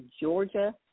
Georgia